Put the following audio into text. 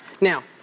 now